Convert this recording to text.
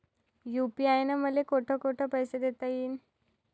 UPI न मले कोठ कोठ पैसे देता येईन?